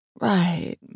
Right